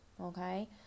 okay